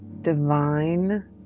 Divine